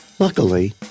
Luckily